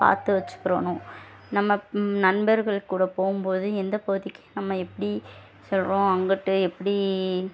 பார்த்து வச்சுக்குறணும் நம்ம நண்பர்கள் கூட போகும் போது எந்த பகுதிக்கு நம்ம எப்படி செல்கிறோம் அங்கிட்டு எப்படி